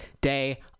day